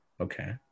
Okay